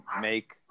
make